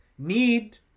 need